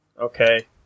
Okay